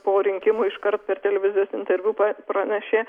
po rinkimų iškart per televizijos interviu pa pranašė